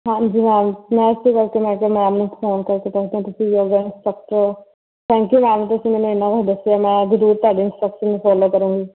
ਹਾਂਜੀ ਮੈਮ ਮੈਂ ਇਸੇ ਕਰਕੇ ਮੈਂ ਕਿਹਾ ਮੈਮ ਨੂੰ ਫੋਨ ਕਰਕੇ ਥੈਂਕ ਯੂ ਮੈਮ ਤੁਸੀਂ ਮੈਨੂੰ ਇਹਨਾਂ ਕੁਝ ਦੱਸਿਆ ਮੈਂ ਜ਼ਰੂਰ ਤੁਹਾਡੇ ਇੰਸਟਰਕਸ਼ਨ ਨੂੰ ਫੋਲੋ ਕਰਾਂਗੀ